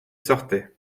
sortait